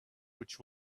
which